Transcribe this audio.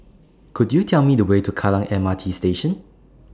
Could YOU Tell Me The Way to Kallang M R T Station